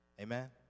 Amen